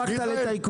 אתה הפכת לטייקון.